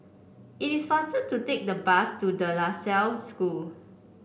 it is faster to take the bus to De La Salle School